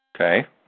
Okay